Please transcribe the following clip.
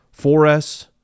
4S